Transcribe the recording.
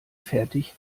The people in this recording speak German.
fertig